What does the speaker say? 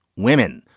women.